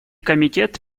комитет